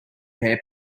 hair